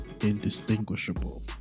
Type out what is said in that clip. indistinguishable